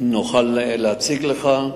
נוכל להציג לך.